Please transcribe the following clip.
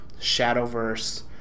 Shadowverse